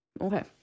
Okay